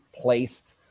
placed